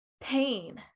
pain